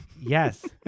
yes